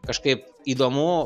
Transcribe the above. kažkaip įdomu